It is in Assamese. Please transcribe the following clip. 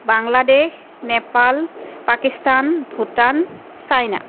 বাংলাদেশ নেপাল পাকিস্তান ভূটান চাইনা